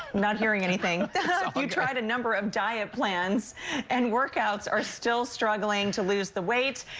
not hearing anything. you tried a number of diet plans and workouts are still struggling to lose the weight,